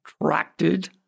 attracted